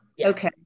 Okay